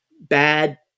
Bad